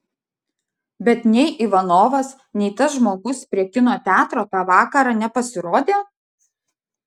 bet nei ivanovas nei tas žmogus prie kino teatro tą vakarą nepasirodė